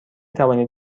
توانید